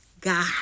God